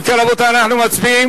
אם כן, רבותי, אנחנו מצביעים